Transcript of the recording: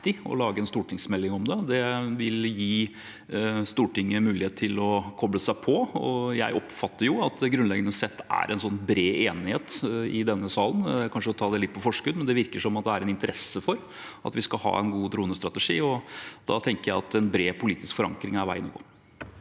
å lage en stortingsmelding om det. Det vil gi Stortinget mulighet til å kople seg på. Jeg oppfatter at det grunnleggende sett er en bred enighet i denne salen. Det er kanskje å ta det litt på forskudd, men det virker som det er en interesse for at vi skal ha en god dronestrategi, og da tenker jeg at en bred politisk forankring er veien å gå.